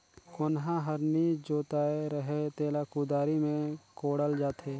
कोनहा हर नी जोताए रहें तेला कुदारी मे कोड़ल जाथे